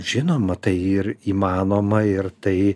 žinoma tai ir įmanoma ir tai